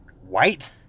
White